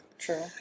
True